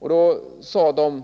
Kollegiet sade när